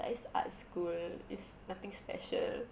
like it's arts school it's nothing special